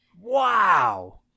Wow